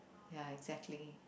ya exactly